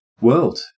world